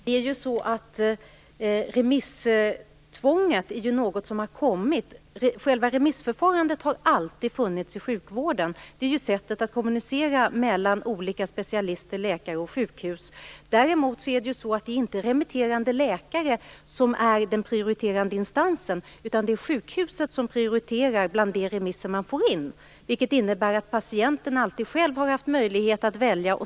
Herr talman! Remisstvånget är ju något som har tillkommit. Själva remissförfarandet har alltid funnits i sjukvården. Det är ju sättet att kommunicera mellan olika specialister, läkare och sjukhus. Däremot är det inte remitterande läkare som är den prioriterande instansen, utan det är sjukhuset som prioriterar bland de remisser man får in, vilket innebär att patienten alltid själv har haft möjlighet att välja.